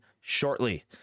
shortly